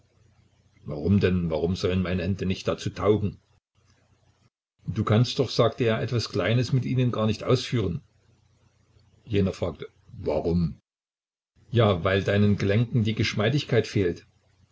warum denn warum sollen meine hände nicht dazu taugen du kannst doch sagt er etwas kleines mit ihnen gar nicht ausführen jener fragt warum ja weil deinen gelenken die geschmeidigkeit fehlt